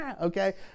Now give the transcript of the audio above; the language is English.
Okay